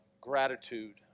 gratitude